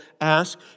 ask